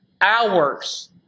hours